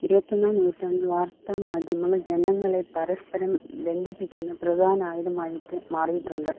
ഇരുപത്തൊന്നാം നൂറ്റാണ്ടിൽ വാർത്താമാധ്യമങ്ങൾ ജനങ്ങളെ പരസ്പരം ബന്ധിപ്പിക്കുന്ന പ്രധാന ആയുധമായിട്ട് മാറിയിട്ടുണ്ട്